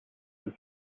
and